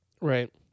Right